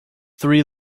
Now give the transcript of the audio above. three